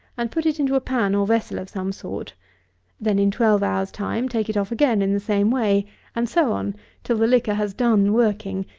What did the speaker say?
and put it into a pan or vessel of some sort then, in twelve hours' time, take it off again in the same way and so on till the liquor has done working,